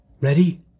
Ready